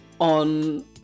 on